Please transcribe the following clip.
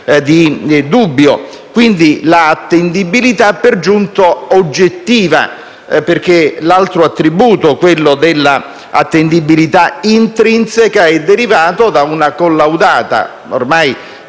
di dubbio. Quindi parliamo di attendibilità per giunta oggettiva, perché l'altro attributo, quello dell'attendibilità intrinseca, è derivato da una collaudata